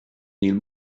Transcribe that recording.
níl